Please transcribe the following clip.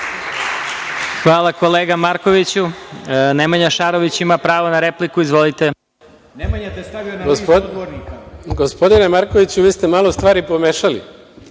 Hvala, kolega Markoviću. Nemanja Šarović ima pravo na repliku. Izvolite. **Nemanja Šarović** Gospodine Markoviću, vi ste malo stvari pomešali.